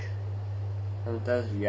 sometimes rihanna as well